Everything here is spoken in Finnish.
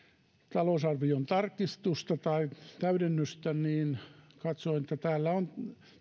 talousarvion täydennystä niin katsoin että täällä on